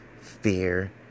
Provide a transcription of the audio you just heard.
fear